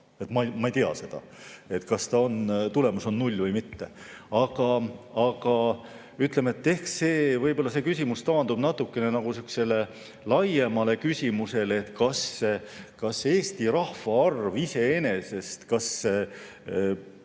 Ma ei tea, kas tulemus on null või mitte. Aga ütleme, et võib-olla see küsimus taandub natukene nagu niisugusele laiemale küsimusele, et kas Eesti rahvaarv iseenesest ona